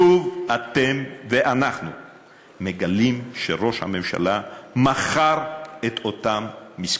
שוב אתם ואנחנו מגלים שראש הממשלה מכר את אותם מסכנים.